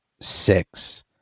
six